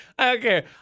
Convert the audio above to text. Okay